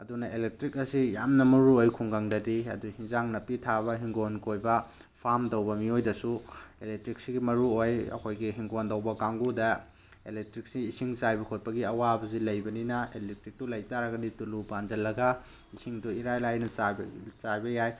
ꯑꯗꯨꯅ ꯏꯂꯦꯛꯇ꯭ꯔꯤꯛ ꯑꯁꯤ ꯌꯥꯝꯅ ꯃꯔꯨ ꯑꯣꯏ ꯈꯨꯡꯒꯪꯗꯗꯤ ꯑꯗꯨ ꯑꯦꯟꯁꯥꯡ ꯅꯥꯄꯤ ꯊꯥꯕ ꯏꯪꯈꯣꯜ ꯀꯣꯏꯕ ꯐꯥꯔꯝ ꯇꯧꯕ ꯃꯤꯑꯣꯏꯗꯁꯨ ꯏꯂꯦꯛꯇ꯭ꯔꯤꯛꯁꯤ ꯃꯔꯨ ꯑꯣꯏ ꯑꯩꯈꯣꯏꯒꯤ ꯏꯪꯈꯣꯜ ꯇꯧꯕ ꯀꯥꯡꯒꯨꯗ ꯏꯂꯦꯛꯇ꯭ꯔꯤꯛꯁꯤ ꯏꯁꯤꯡ ꯆꯥꯏꯕ ꯈꯣꯠꯄꯒꯤ ꯑꯋꯥꯕꯁꯤ ꯂꯩꯕꯅꯤꯅ ꯏꯂꯦꯛꯇ꯭ꯔꯤꯛꯇꯣ ꯂꯩ ꯇꯥꯔꯒꯗꯤ ꯇꯨꯂꯨ ꯄꯥꯟꯖꯤꯜꯂꯒ ꯏꯁꯤꯡꯗꯣ ꯏꯔꯥꯏ ꯂꯥꯏꯅ ꯆꯥꯏꯕ ꯌꯥꯏ